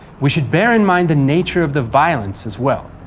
we should bear in mind the nature of the violence as well.